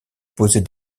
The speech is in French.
poser